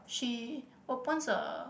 she opens a